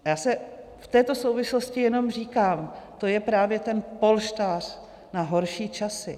Já v této souvislosti jenom říkám, to je právě ten polštář na horší časy.